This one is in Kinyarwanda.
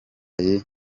yinjiye